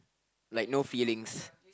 like no feelings